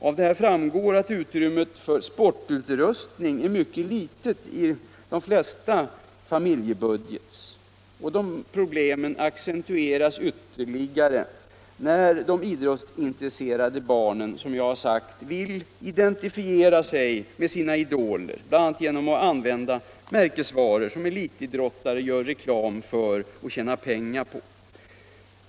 Av detta framgår att utrymmet för sportutrustning är mycket litet i de flesta familjebudgetar. Problemen accentueras ytterligare när de idrottsintresserade barnen vill identifiera sig med sina idoler bl.a. genom att använda de märkesvaror som elitidrottare gör reklam för och tjänar pengar på.